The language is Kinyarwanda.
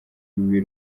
ibi